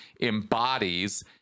embodies